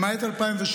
למעט 2017